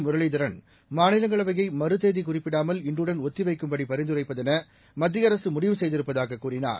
மு மாநிலங்களவையைமறுதேதிகுறிப்பிடாமல் ரளீதரன் இன்றுடன்ஒத்திவைக்கும்படிபரிந்துரைப்பதெனமத்தியஅரசு முடிவுசெய்திருப்பதாகக்கூறினார்